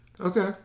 Okay